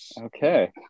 Okay